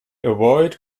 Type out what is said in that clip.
avoid